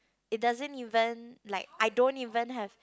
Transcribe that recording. it doesn't even like I don't even have